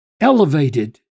elevated